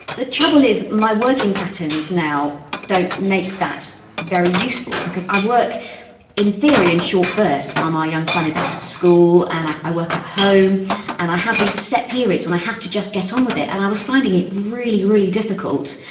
the trouble is my working patterns now don't make that very useful because i work in theory in short bursts while my young son is out at school and i i work at home and i have these set periods when i have to just get on with it, and i was finding it really, really difficult,